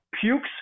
pukes